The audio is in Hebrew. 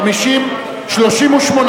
סעיפים 1 2 נתקבלו.